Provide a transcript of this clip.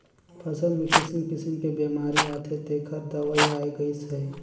फसल मे किसिम किसिम के बेमारी आथे तेखर दवई आये गईस हे